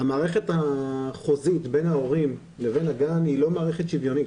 המערכת החוזית בין ההורים לבין הגן היא לא מערכת שוויונית.